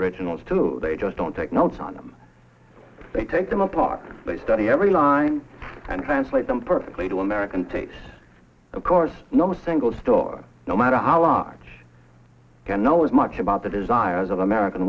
originals too they just don't take notes on they take them apart they study every line and translate them perfectly to american taste of course no single still no matter how large and know as much about the desires of american